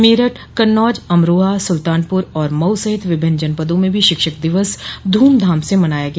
मेरठ कन्नौज अमराहा सुल्तानपुर और मऊ सहित विभिन्न जनपदों में भी शिक्षक दिवस धूमधम से मनाया गया